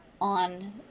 on